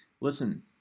Listen